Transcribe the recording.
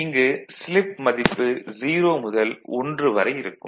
இங்கு ஸ்லிப்பின் மதிப்பு 0 முதல் 1 வரை இருக்கும்